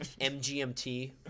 MGMT